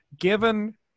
Given